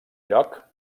lloc